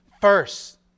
first